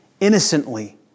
innocently